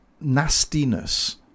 nastiness